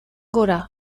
gora